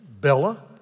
Bella